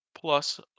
plus